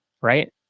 right